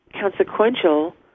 consequential